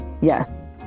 Yes